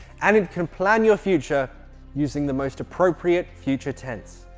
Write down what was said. and it can plan your future using the most appropriate future tense